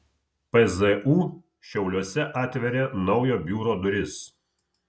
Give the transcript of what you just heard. pzu šiauliuose atveria naujo biuro duris